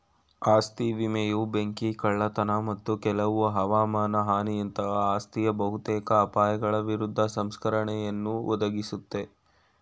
ಆಸ್ತಿ ವಿಮೆಯು ಬೆಂಕಿ ಕಳ್ಳತನ ಮತ್ತು ಕೆಲವು ಹವಮಾನ ಹಾನಿಯಂತಹ ಆಸ್ತಿಯ ಬಹುತೇಕ ಅಪಾಯಗಳ ವಿರುದ್ಧ ಸಂರಕ್ಷಣೆಯನ್ನುಯ ಒದಗಿಸುತ್ತೆ